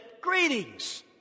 greetings